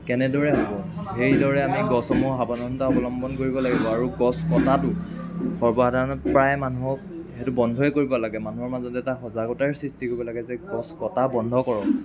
কেনেদৰে হ'ব সেইদৰে আমি গছসমূহ সাৱধানতা অৱলম্বন কৰিব লাগিব আৰু গছ কটাটো সৰ্বসাধাৰণৰ প্ৰায় মানুহক সেইটো বন্ধই কৰিব লাগে মানুহৰ মাজত এটা সজাগতাৰ সৃষ্টি কৰিব লাগে যে গছ কটা বন্ধ কৰক